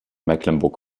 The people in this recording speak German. mecklenburg